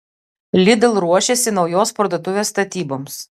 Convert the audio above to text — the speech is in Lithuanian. lidl ruošiasi naujos parduotuvės statyboms